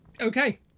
Okay